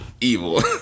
evil